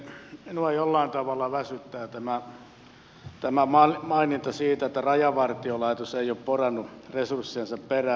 minua jollain tavalla väsyttää tämä maininta siitä että rajavartiolaitos ei ole porannut resurssiensa perään